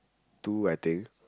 two I think